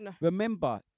remember